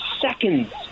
seconds